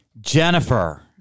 Jennifer